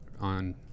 on